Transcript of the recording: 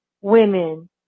women